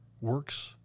works